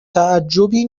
تعجبی